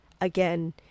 again